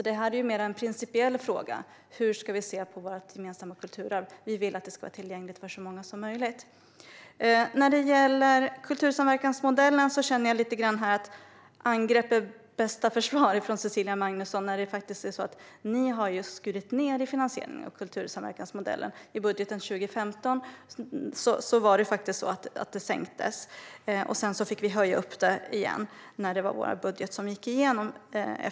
Detta är en mer principiell fråga om hur vi ska se på vårt gemensamma kulturarv. Vi vill att det ska vara tillgängligt för så många som möjligt. När det gäller kultursamverkansmodellen känner jag lite grann att angrepp är bästa försvar från Cecilia Magnusson. Men ni har faktiskt skurit ned på finansieringen av kultursamverkansmodellen. I budgeten 2015 sänktes anslagen. Sedan fick vi höja dem igen när vår budget gick igenom.